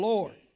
Lord